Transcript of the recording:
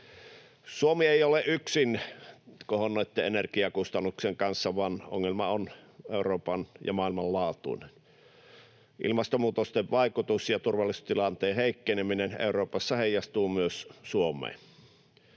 Suomi ei ole yksin kohonneitten energiakustannuksien kanssa, vaan ongelma on Euroopan‑ ja maailmanlaajuinen. Ilmastonmuutoksen vaikutus ja turvallisuustilanteen heikkeneminen Euroopassa heijastuvat myös Suomeen.